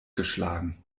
geschlagen